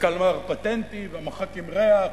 וקלמר פטנטי ומחק עם ריח,